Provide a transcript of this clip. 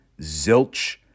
Zilch